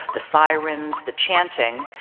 the sirens, the chanting,